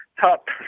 top